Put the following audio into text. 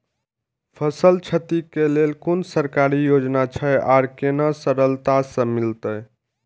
फसल छति के लेल कुन सरकारी योजना छै आर केना सरलता से मिलते?